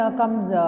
comes